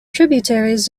tributaries